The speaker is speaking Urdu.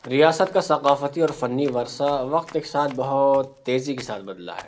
ریاست کا ثقافتی اور فنی ورثہ وقت کے ساتھ بہت تیزی کے ساتھ بدلا ہے